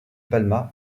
palma